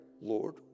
lord